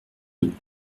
notre